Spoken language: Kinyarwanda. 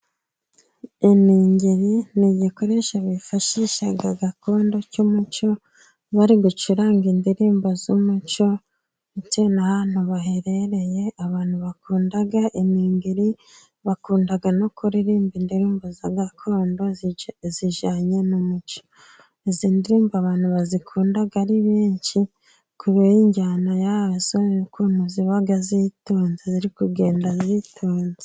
Inigiri ni igikoresho bifashisha gakondo cy'umuco, bari gucuranga indirimbo z'umuco, bitewe n'ahantu baherereye, abantu bakunda iningiri bakunda no kuririmba indirimbo za gakondo zijyanye n'umuco. Izi ndirimbo abantu bazikunda ari benshi kubera injyana yazo n'ukuntu ziba zitonze ziri kugenda zitonze.